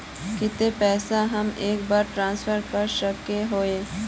केते पैसा हम एक बार ट्रांसफर कर सके हीये?